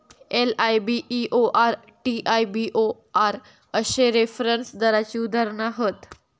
LIBOR, TIBOR अश्ये reference दराची उदाहरणा हत